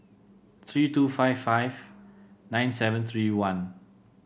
three two five five nine seven three one